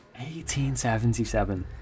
1877